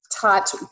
taught